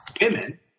women